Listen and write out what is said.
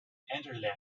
anderlecht